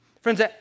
Friends